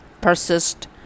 Persist